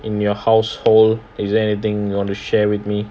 in your household is there anything you want to share with me